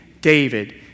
David